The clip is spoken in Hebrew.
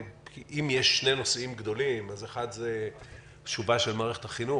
אם יש שני נושאם גדולים אז אחד הוא שובה של מערכת החינוך